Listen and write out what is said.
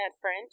French